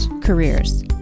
careers